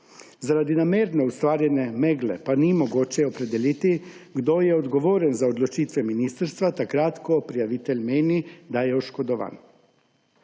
Zaradi namerno ustvarjene megle pa ni mogoče opredeliti, kdo je odgovoren za odločitve ministrstva takrat, ko prijavitelj meni, da je oškodovan.